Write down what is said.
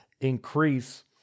increase